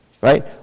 right